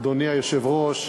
אדוני היושב-ראש,